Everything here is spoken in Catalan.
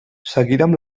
seguirem